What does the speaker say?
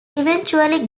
eventually